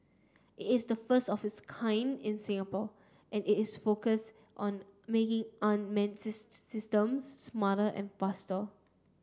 it is the first of its kind in Singapore and is focus on making unmanned systems smarter and faster